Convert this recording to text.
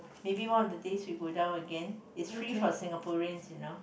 maybe one of the days we go down again it's free for Singaporeans you know